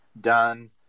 done